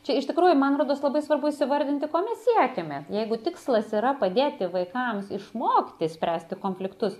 čia iš tikrųjų man rodos labai svarbu įsivardinti ko mes siekiame jeigu tikslas yra padėti vaikams išmokti spręsti konfliktus